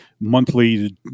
monthly